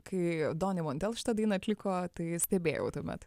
kai doni montel šitą dainą atliko tai stebėjau tuomet